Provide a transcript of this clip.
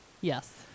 Yes